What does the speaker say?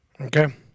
Okay